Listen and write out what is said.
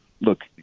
look –